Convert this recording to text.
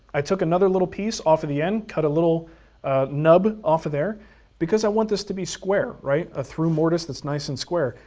i took another little piece off of the end, cut a little nub off of there because i want this to be square, right? a through mortise that's nice and square.